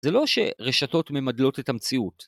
זה לא שרשתות ממדלות את המציאות.